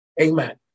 Amen